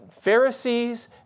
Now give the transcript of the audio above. Pharisees